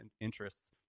interests